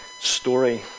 story